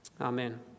Amen